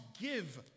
give